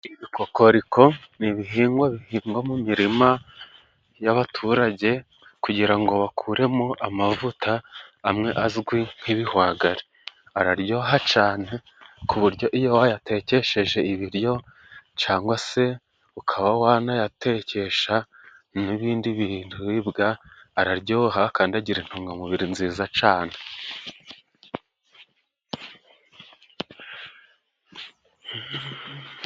Ibikokoriko ni ibihingwa bihingwa mu mirima y'abaturage, kugira ngo bakuremo amavuta amwe azwi nk'ibihwagari. Araryoha cane ku buryo iyo wayatekesheje ibiriryo cangwa se ukaba wanayatekesha nibindi bintu biribwa, araryoha akanagira intungamubiri nziza cane.